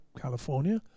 California